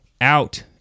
out